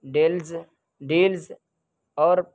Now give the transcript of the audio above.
deals deals اور